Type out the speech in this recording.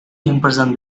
imprison